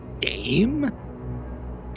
Game